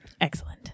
Excellent